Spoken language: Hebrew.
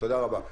תודה רבה.